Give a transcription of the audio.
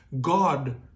God